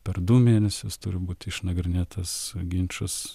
per du mėnesius turi būti išnagrinėtas ginčas